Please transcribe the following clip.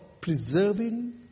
preserving